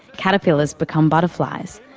caterpillars become butterflies.